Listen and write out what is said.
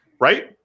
right